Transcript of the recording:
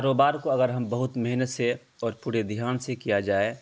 کاروبار کو اگر ہم بہت محنت سے اور پورے دھیان سے کیا جائے